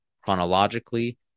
chronologically